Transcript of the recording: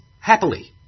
happily